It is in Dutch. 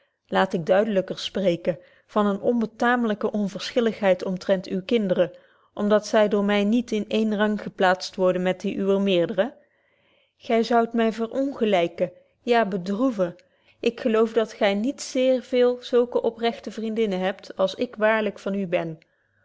laat ik duidelyker spreken van eene onbetaamlyke onverschilligheid omtrent uwe kinderen om dat zy door my niet in éénen rang geplaatst worden met die uwer meerderen gy zoudt my verongelyken ja bedroeven ik geloof dat gy niet zeer veele zulke oprechte vriendinnen hebt als ik waarlyk van u ben